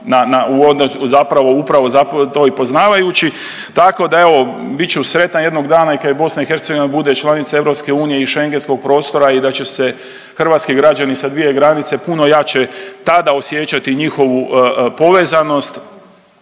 zapravo upravo zato i poznavajući tako da evo bit ću sretan jednoga dana i kad BiH bude članica EU i šengenskog prostora i da će se hrvatski građani sa dvije granice puno jače tada osjećati njihovu povezanost,